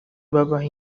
babaha